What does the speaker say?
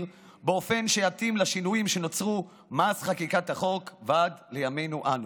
באופן שיתאים לשינויים שנוצרו מאז חקיקת החוק ועד לימינו אנו.